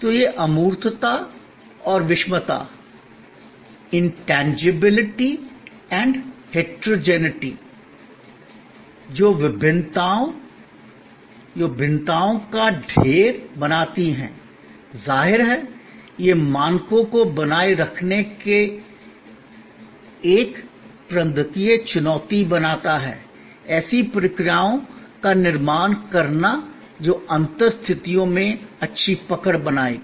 तो यह अमूर्तता और विषमता जो भिन्नताओं का ढेर बनाती है जाहिर है यह मानकों को बनाए रखने की एक प्रबंधकीय चुनौती बनाता है ऐसी प्रक्रियाओं का निर्माण करना जो अंतर स्थितियों में अच्छी पकड़ बनाएगी